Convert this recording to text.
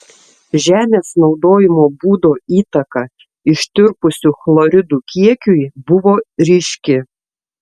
žemės naudojimo būdo įtaka ištirpusių chloridų kiekiui buvo ryški